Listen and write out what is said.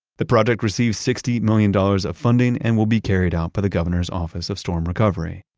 the project received sixty million dollars of funding and will be carried out by the governor's office of storm recovery.